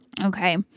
Okay